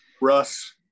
russ